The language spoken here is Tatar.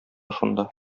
шунда